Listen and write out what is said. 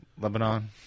Lebanon